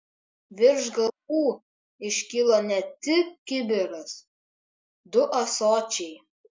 virš galvų iškilo ne tik kibiras du ąsočiai